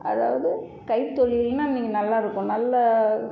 அதாவது கைத்தொழில்ன்னா இன்னைக்கு நல்லா இருக்கும் நல்ல